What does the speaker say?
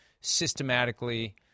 systematically